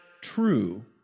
true